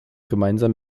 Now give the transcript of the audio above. gemeinsam